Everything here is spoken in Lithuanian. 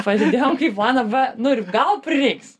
pasidėjom kaip planą b nu ir gal prireiks